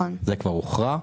זה כבר הוכרע.